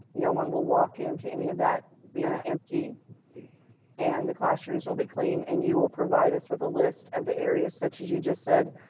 no one will walk in to any of that being empty and the classrooms will be clean. and you will provide us with a list of the areas such as you just said,